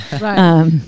Right